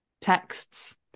texts